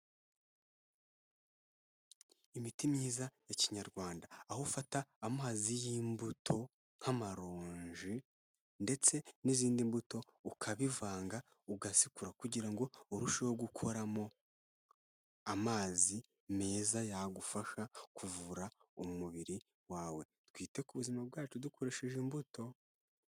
Imiti myiza ya kinyarwanda aho ufata amazi y'imbuto nk'amaronji ndetse n'izindi mbuto ukabivanga ugasekura kugirango urusheho gukoramo, amazi meza yagufasha kuvura umubiri wawe twite ku buzima bwacu dukoresheje imbuto.